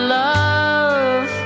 love